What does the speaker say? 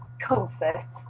comfort